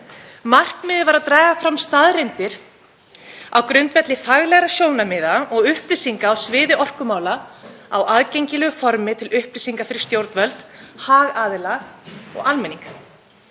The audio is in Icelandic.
Markmiðið var að draga fram staðreyndir á grundvelli faglegra sjónarmiða og upplýsinga á sviði orkumála á aðgengilegu formi til upplýsingar fyrir stjórnvöld, hagaðila og almenning.